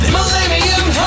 Millennium